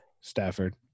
Stafford